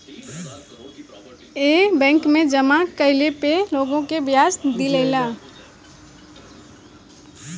ए bank मे जामा कइला पे लोग के ब्याज दियाला